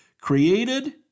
created